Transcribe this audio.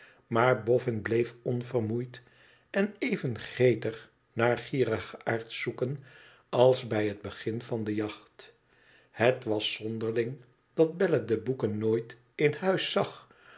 maar boffin bleef onvermoeid en even gretig naar gierigaards zoeken als bij het begin van de jacht het was zonderling dat bella de boeken nooit in huis zag